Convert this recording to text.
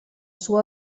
suo